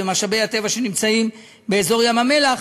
משאבי הטבע שנמצאים באזור ים-המלח.